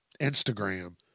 Instagram